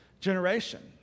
generation